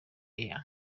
air